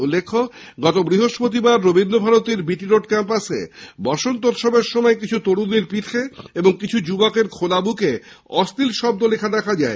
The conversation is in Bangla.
উল্লেখ্য গত বৃহস্পতিবার রবীন্দ্রভারতীর বিটি রোড ক্যাম্পাসে বসন্তোৎসবের সময় কিছু তরুণীর পিঠে এবং কিছু যুবকের খোলা বুকে অশ্লীল শব্দ লেখা দেখা যায়